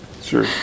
sure